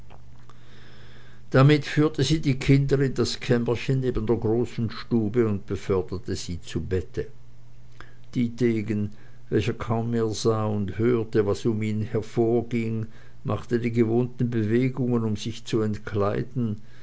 damit führte sie die kinder in das kämmerchen neben der großen stube und beförderte sie zu bette dietegen welcher kaum mehr sah und hörte was um ihn vorging machte die gewohnten bewegungen um sich zu entkleiden